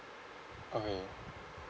okay